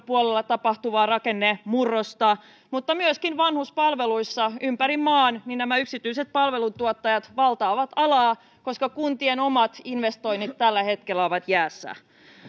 puolella tapahtuvaa rakennemurrosta mutta myöskin vanhuspalveluissa ympäri maan nämä yksityiset palveluntuottajat valtaavat alaa koska kuntien omat investoinnit tällä hetkellä ovat jäässä